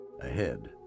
Ahead